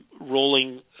rolling